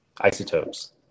Isotopes